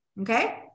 okay